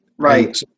Right